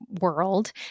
world